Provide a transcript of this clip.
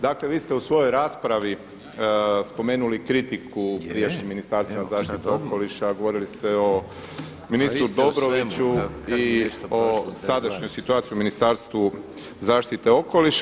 Dakle, vi ste u svojoj raspravi spomenuli kritiku prijašnjeg Ministarstva zaštite okoliša, govorili ste o ministru Dobroviću i o sadašnjoj situaciji u Ministarstvu zaštite okoliša.